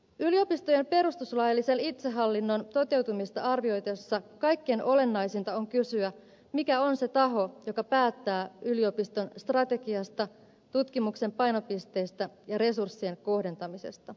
yliopistojen perustuslaillisen itsehallinnon toteutumista arvioitaessa kaikkein olennaisista on kysyä mikä on se taho joka päättää yliopiston strategiasta tutkimuksen painopisteistä ja resurssien kohdentamisesta